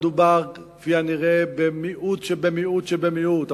כפי הנראה מדובר במיעוט שבמיעוט שבמיעוט,